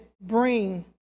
Bring